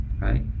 right